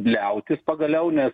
liautis pagaliau nes